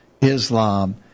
Islam